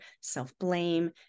self-blame